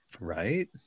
right